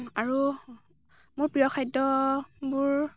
আৰু মোৰ প্ৰিয় খাদ্যবোৰ